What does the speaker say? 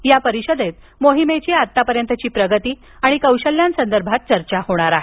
या परिषदेत मोहिमेची आतापर्यंतची प्रगती आणि कौशल्यांसदर्भात चर्चा होणार आहे